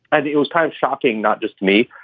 and it was kind of shocking, not just me,